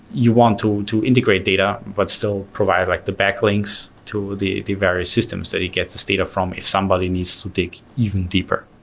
you want to to integrate data but still provide like the backlinks to the the various systems that he gets this data from if somebody needs to dig even deeper.